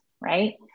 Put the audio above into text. right